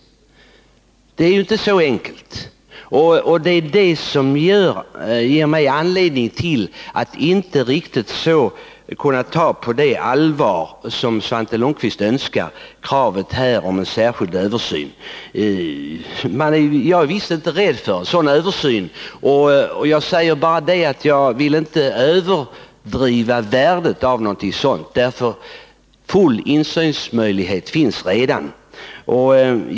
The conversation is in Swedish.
Det är inte så enkelt. Det är därför som jag inte kan ta kravet på en särskild översyn på sådant allvar som Svante Lundkvist önskar. Jag är visst inte rädd för en sådan översyn, men jag vill inte överdriva värdet av den. Möjlighet till full insyn finns redan.